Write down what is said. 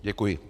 Děkuji.